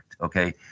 okay